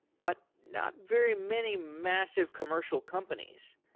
but not very many massive commercial companies.